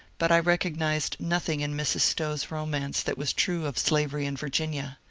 but i re cognized nothing in mrs. stowe's romance that was true of slavery in virginia.